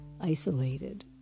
isolated